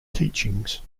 teachings